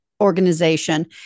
Organization